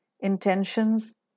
intentions